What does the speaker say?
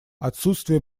отсутствие